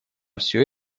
все